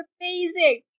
amazing